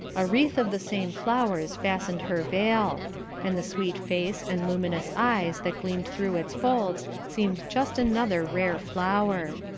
a wreath of the same flowers fastened her veil and the sweet face and luminous eyes that gleamed through its folds seemed just another rare flower.